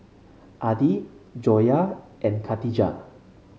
Adi Joyah and Katijah